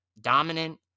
dominant